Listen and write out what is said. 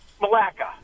Malacca